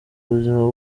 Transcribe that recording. ubuzima